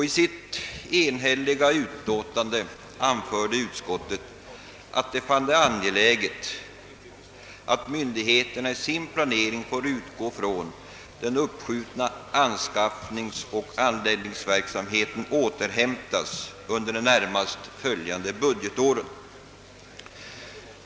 I sitt enhälliga utlåtande anförde utskottet att det fann det »angeläget att myndigheterna i sin planering får utgå från att den uppskjutna anskaffningsoch =<anläggningsverksamheten återhämtas under de närmast följande budgetåren».